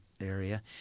area